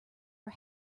are